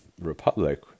Republic